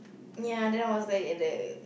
ya then I was like at the